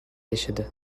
yaşadı